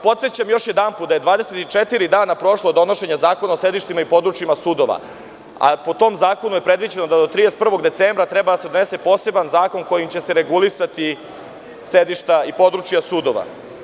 Podsećam vas još jednom da je 24 dana prošlo od donošenja Zakona o sedištima i područjima sudova, a po tom zakonu je predviđeno da do 31. decembra treba da se donese poseban zakon kojim će se regulisati sedišta i područja sudova.